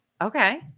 Okay